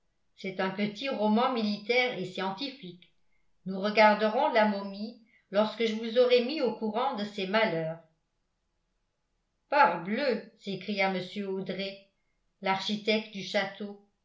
c'est un petit roman militaire et scientifique nous regarderons la momie lorsque je vous aurai mis au courant de ses malheurs parbleu s'écria mr audret l'architecte du château